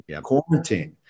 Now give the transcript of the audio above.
quarantine